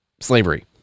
slavery